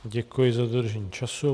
Děkuji za dodržení času.